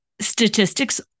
statistics